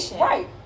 right